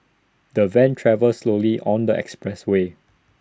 the van travelled slowly on the expressway